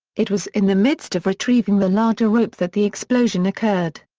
it was in the midst of retrieving the larger rope that the explosion occurred.